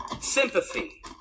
sympathy